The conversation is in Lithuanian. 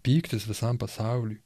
pyktis visam pasauliui